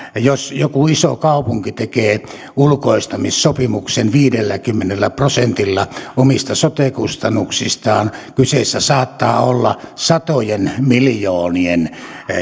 jos joku iso kaupunki tekee ulkoistamissopimuksen viidelläkymmenellä prosentilla omista sote kustannuksistaan kyseessä saattaa olla satojen miljoonien